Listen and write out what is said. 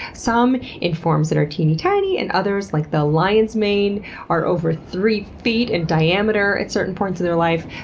some in forms that are teeny tiny and others like the lion's mane are over three feet in diameter at certain points in their life.